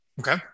Okay